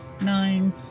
nine